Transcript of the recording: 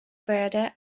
wurde